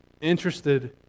interested